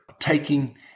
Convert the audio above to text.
taking